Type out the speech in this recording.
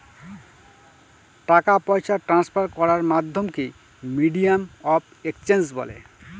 টাকা পয়সা ট্রান্সফার করার মাধ্যমকে মিডিয়াম অফ এক্সচেঞ্জ বলে